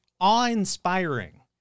awe-inspiring